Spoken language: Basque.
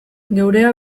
geurea